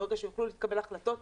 ברגע שיוכלו להתקבל החלטות,